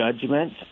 judgment